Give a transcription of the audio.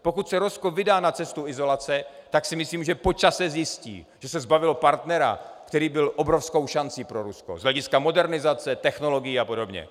Pokud se Rusko vydá na cestu izolace, myslím, že po čase zjistí, že se zbavilo partnera, který byl obrovskou šancí pro Rusko z hlediska modernizace, technologií a podobně.